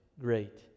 great